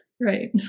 Right